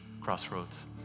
Crossroads